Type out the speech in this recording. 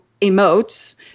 emotes